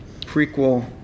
prequel